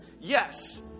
Yes